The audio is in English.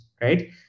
right